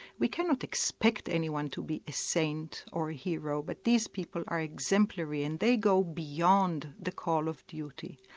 we cannot expect anyone to be a saint or a hero, but these people are exemplary and they go beyond the call of duty.